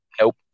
nope